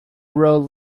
road